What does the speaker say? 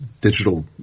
digital